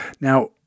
Now